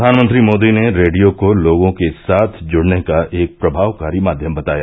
प्रधानमंत्री मोदी ने रेडियो को लोगों के साथ जुड़ने का एक प्रभावकारी माध्यम बताया